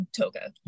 toga